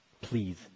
Please